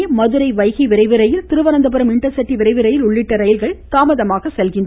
இதனிடையே மதுரை வைகை விரைவு ரயில் திருவனந்தபுரம் இண்டர்சிட்டி விரைவு ரயில் உள்ளிட்ட ரயில்கள் தாமதமாக சென்றன